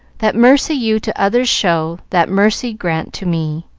that mercy you to others show that mercy grant to me.